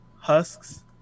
Husks